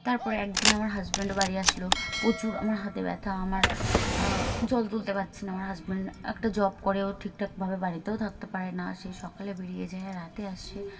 তারপরে একদিন আমার হাজব্যান্ড বাড়ি আসলো প্রচুর আমার হাতে ব্যথা আমার জল তুলতে পারছে না আমার হাজব্যান্ড একটা জব করে ও ঠিকঠাকভাবে বাড়িতেও থাকতে পারে না সে সকালে বেরিয়ে যায় রাতে আসে